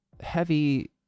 heavy